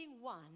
one